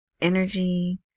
energy